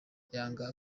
yanga